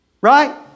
Right